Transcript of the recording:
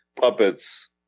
puppet's